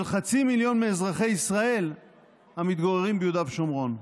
500,000 מאזרחי ישראל המתגוררים ביהודה ושומרון,